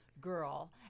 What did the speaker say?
girl